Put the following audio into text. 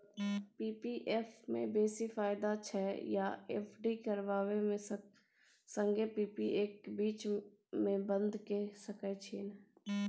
P P F म बेसी फायदा छै या एफ.डी करबै म संगे पी.पी एफ बीच म बन्द के सके छियै न?